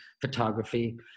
photography